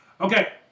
Okay